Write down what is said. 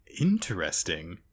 interesting